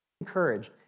encouraged